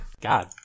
God